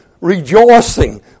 rejoicing